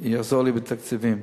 יעזור לי בתקציבים.